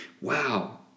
Wow